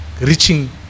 reaching